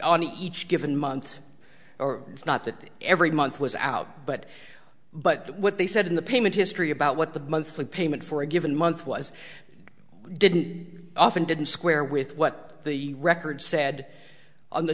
in each given month or it's not that every month was out but but what they said in the payment history about what the monthly payment for a given month was didn't often didn't square with what the record said on the